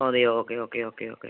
അതെയോ okay okay okay okay